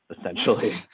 essentially